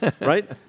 right